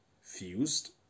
fused